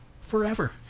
forever